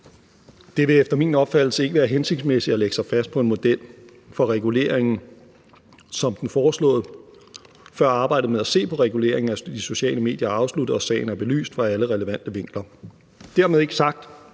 Det vil efter min opfattelse ikke være hensigtsmæssigt at lægge sig fast på en model for regulering som den foreslåede, før arbejdet med at se på reguleringen af de sociale medier er afsluttet og sagen er belyst fra alle relevante vinkler. Dermed ikke sagt,